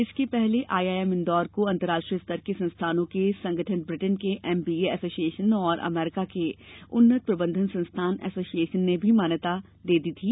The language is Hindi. इसके पहले आईआईएम इंदौर को अंतरराष्ट्रीय स्तर के संस्थानों के संगठन ब्रिटेन के एमबीए एसोसिएशन और अमेरिका के उन्नत प्रबंधन संस्थान एसोसिएशन से भी मान्यता भिल चुकी है